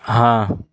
ہاں